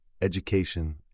education